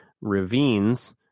ravines